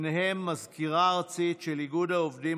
ביניהם מזכירה ארצית של איגוד העובדים